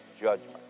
judgment